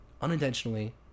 unintentionally